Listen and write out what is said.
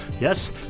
Yes